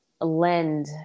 lend